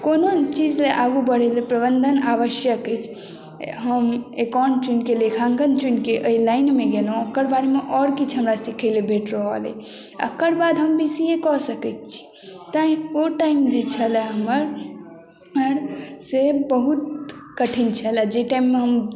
कोनो चीज लए आगू बढ़ै लेल प्रबन्धन आवश्यक अछि हम एकाउंट चुनि कऽ लेखाङ्कन चुनि कऽ एहि लाइनमे गेलहुँ ओकर बारेमे आओर किछु हमरा सिखै लेल भेट रहल अइ एकर बाद हम बी सी ए कऽ सकैत छी तैँ ओ टाइम जे छलय हमर से बहुत कठिन छलय जे टाइममे हम